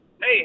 Hey